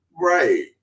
Right